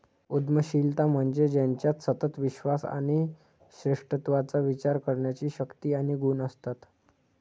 उद्यमशीलता म्हणजे ज्याच्यात सतत विश्वास आणि श्रेष्ठत्वाचा विचार करण्याची शक्ती आणि गुण असतात